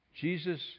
Jesus